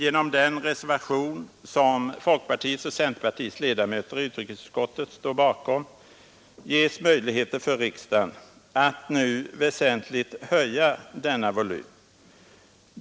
Genom den reservation som folkpartiet och centerpartiets ledamöter i utrikesutskottet står bakom ges möjligheter för riksdagen att nu väsentligt öka denna volym.